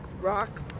rock